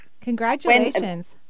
congratulations